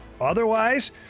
otherwise